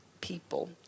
people